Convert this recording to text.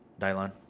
Dylon